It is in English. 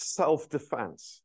self-defense